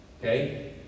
Okay